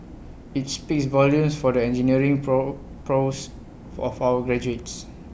IT speaks volumes for the engineering pro prowess of our graduates